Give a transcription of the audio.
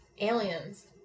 Aliens